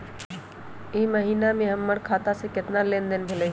ई महीना में हमर खाता से केतना लेनदेन भेलइ?